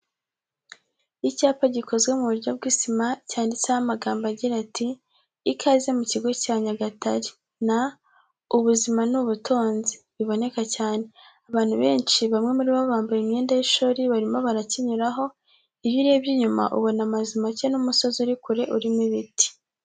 Icyapa gikozwe mu buryo bw'isima cyanditseho amagambo agira ati "Ikaze mu kigo cy'amashuri cya Nyagatare" na "Ubuzima ni Ubutunzi" biboneka cyane. Abantu benshi, bamwe muri bo bambaye imyenda y'ishuri, barimo barakinyuraho. Iyo urebye inyuma, ubona amazu make n'umusozi uri kure, urimo ibiti.